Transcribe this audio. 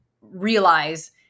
realize